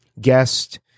guest